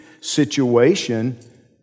situation